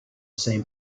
same